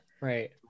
right